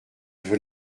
veux